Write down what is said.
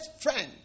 friend